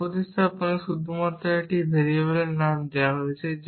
এই প্রতিস্থাপনে শুধুমাত্র একটি ভেরিয়েবলের নাম দেওয়া হয়েছে